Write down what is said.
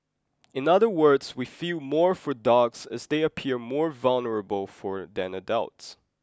in other words we feel more for dogs as they appear more vulnerable for than adults